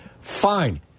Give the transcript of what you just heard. Fine